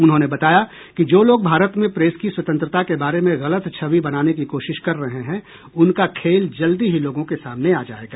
उन्होंने बताया कि जो लोग भारत में प्रेस की स्वतंत्रता के बारे में गलत छवि बनाने की कोशिश कर रहे हैं उनका खेल जल्दी ही लोगों के सामने आ जाएगा